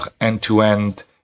end-to-end